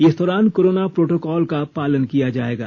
इस दौरान corona protocol का पालन किया जाएगा